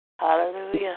Hallelujah